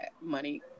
money